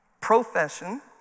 profession